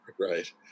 Right